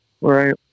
Right